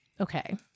okay